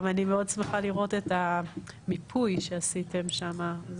גם אני מאוד שמחה לראות את המיפוי שעשיתם שם,